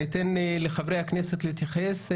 אתן לחברי הכנסת להתייחס.